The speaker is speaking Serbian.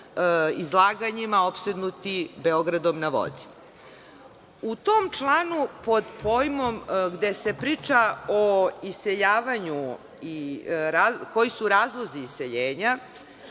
izlaganjima opsednuti „Beogradom na vodi“.U tom članu gde se priča o iseljavanju i koji su razlozi iseljenja,